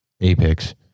Apex